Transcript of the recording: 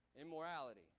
immorality